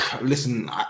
Listen